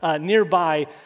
nearby